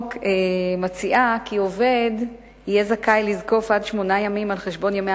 החוק מציעה כי עובד יהיה זכאי לזקוף עד שמונה ימים על חשבון ימי